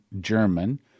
German